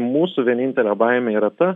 mūsų vienintelė baimė yra ta